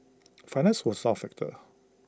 finance was not A factor